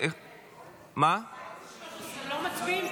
13 לא מצביעים,